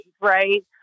right